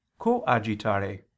coagitare